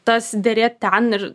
tas derėt ten ir